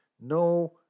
no